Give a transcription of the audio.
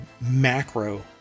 macro